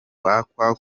bakwa